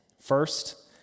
First